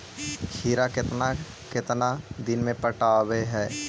खिरा केतना केतना दिन में पटैबए है?